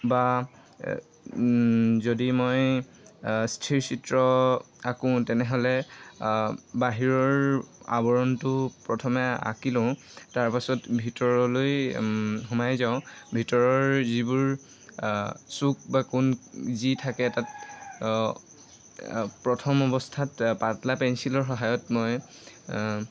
বা যদি মই স্থিৰ চিত্ৰ আঁকো তেনেহ'লে বাহিৰৰ আৱৰণটো প্ৰথমে আঁকি লওঁ তাৰপাছত ভিতৰলৈ সোমাই যাওঁ ভিতৰৰ যিবোৰ চোক বা কোণ যি থাকে তাত প্ৰথম অৱস্থাত পাতলা পেঞ্চিলৰ সহায়ত মই